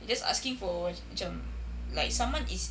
you're just asking for macam like someone is